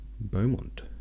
Beaumont